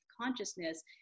consciousness